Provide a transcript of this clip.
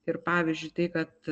ir pavyzdžiui tai kad